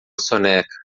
soneca